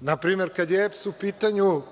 Na primer, kada je EPS u pitanju,